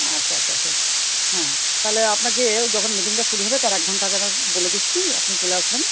আচ্ছা আচ্ছা আচ্ছা হ্যাঁ তাহলে আপনাকে যখন মিটিংটা শুরু হবে তার এক ঘন্টা আগে নয় বলে দিচ্ছি আপনি চলে আসবেন